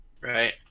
right